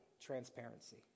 transparency